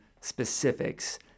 specifics